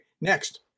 next